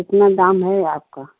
कितना दाम है आपका